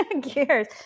gears